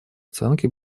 оценки